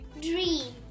Dream